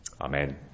Amen